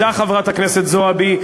תדע חברת הכנסת זועבי,